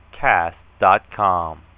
cast.com